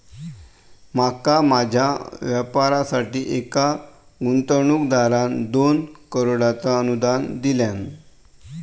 माका माझ्या व्यापारासाठी एका गुंतवणूकदारान दोन करोडचा अनुदान दिल्यान